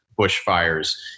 bushfires